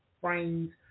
frames